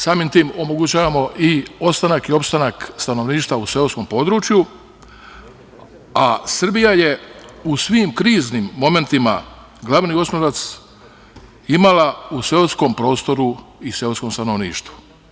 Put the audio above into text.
Samim tim omogućavamo i ostanak i opstanak stanovništva u seoskom području, a Srbija je u svim kriznim momentima, glavni oslonac imala u seoskom prostoru i seoskom stanovništvu.